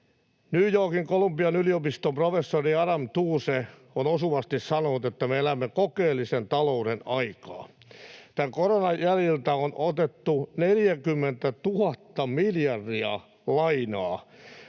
New Yorkin Columbian yliopiston professori Adam Tooze on osuvasti sanonut, että me elämme kokeellisen talouden aikaa. Tämän koronan jäljiltä on otettu 40 000 miljardia lainaa.